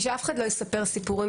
שאף אחד לא יספר סיפורים.